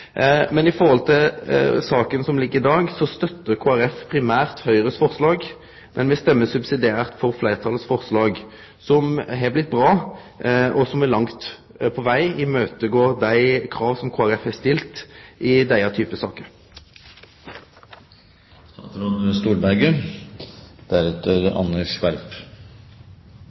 støttar Kristeleg Folkeparti primært Høgres forslag, men me vil subsidiært stemme for fleirtalets forslag, som har blitt bra, og som langt på veg kjem i møte dei krava som Kristeleg Folkeparti har stilt i denne typen saker. Å miste et barn er det